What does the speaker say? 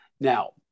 now